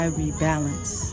rebalance